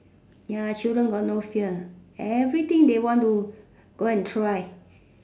ya children got no fear everything they want to go and try